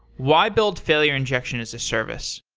why build failure injection as a service?